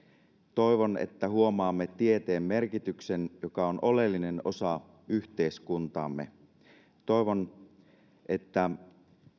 toivon että huomaamme tieteen merkityksen joka on oleellinen osa yhteiskuntaamme toivon että